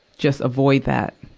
just avoid that.